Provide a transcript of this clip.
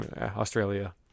Australia